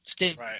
Right